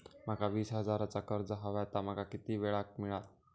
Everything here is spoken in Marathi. माका वीस हजार चा कर्ज हव्या ता माका किती वेळा क मिळात?